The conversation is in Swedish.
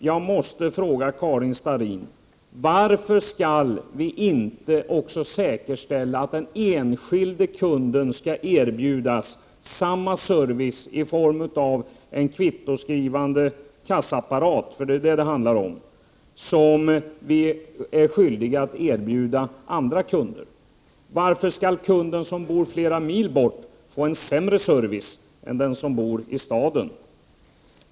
Jag måste fråga Karin Starrin: Varför skall vi inte säkerställa att den enskilde kunden skall erbjudas samma service i form av en kvittoskrivande kassaapparat — det är ju vad det handlar om — som vi är skyldiga att erbjuda andra kunder? Varför skall kunden som bor flera mil bort få en sämre service än den som bor i staden?